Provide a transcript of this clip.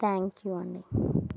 thank you అండి